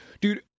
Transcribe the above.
dude